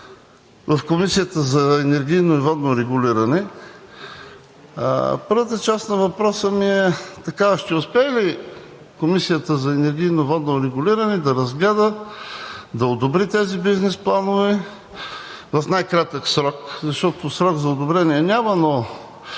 в Комисията за енергийно и водно регулиране. Първата част на въпроса ми е такава: ще успее ли Комисията за енергийно и водно регулиране да разгледа, да одобри тези бизнес планове в най-кратък срок? Срок за одобрение няма, но